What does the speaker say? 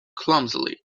clumsily